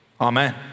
Amen